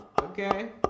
Okay